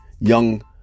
Young